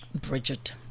Bridget